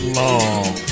long